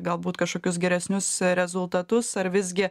galbūt kažkokius geresnius rezultatus ar visgi